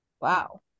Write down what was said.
Wow